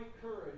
courage